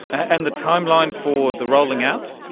and the timeline for the rolling out?